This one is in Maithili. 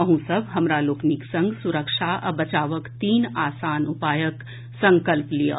अहूँ सभ हमरा लोकनिक संग सुरक्षा आ बचावक तीन आसान उपायक संकल्प लियऽ